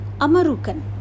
Amarukan